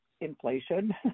inflation